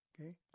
Okay